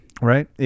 Right